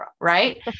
right